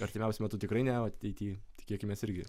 artimiausiu metu tikrai ne o ateity tikėkimės irgi